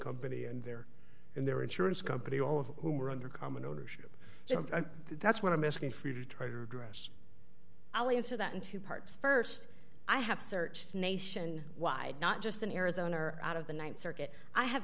company and their and their insurance company all of whom are under common ownership i think that's what i'm asking for you to try to address our answer that in two parts st i have searched nation wide not just in arizona or out of the th circuit i have